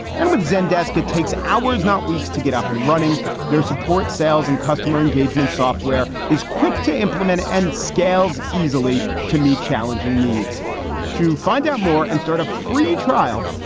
and with zendesk, it takes hours, not weeks, to get up and running their support. sales and customer engagement software is quick to implement and scales easily to meet challenging needs to find out more and start a free trial.